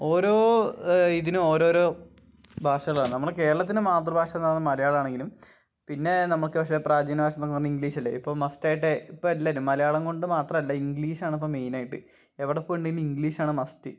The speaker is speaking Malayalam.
ഓരോ ഇതിനും ഓരോരോ ഭാഷകളാണ് നമ്മുടെ കേരളത്തിന് മാതൃഭാഷ എന്ന് പറഞ്ഞാൽ മലയാളാമാണെങ്കിലും പിന്നെ നമുക്ക് പക്ഷെ പ്രാചീന ഭാഷ എന്നൊക്കെ പറഞ്ഞാൽ ഇംഗ്ലീഷല്ലേ ഇപ്പം മസ്റ്റായിട്ട് ഇപ്പം എല്ലാവരും മലയാളം കൊണ്ട് മാത്രമല്ല ഇംഗ്ലീഷാണിപ്പം മെയിനായിട്ട് എവിടെപ്പോയിട്ടുണ്ടെങ്കിലും ഇംഗ്ലീഷാണ് മസ്റ്റ്